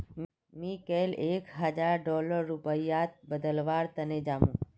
मी कैल एक हजार डॉलरक रुपयात बदलवार तने जामु